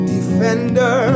Defender